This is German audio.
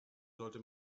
sollte